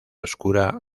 oscura